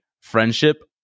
friendship